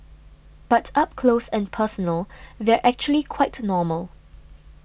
but up close and personal they're actually quite normal